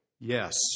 Yes